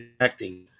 acting